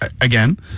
again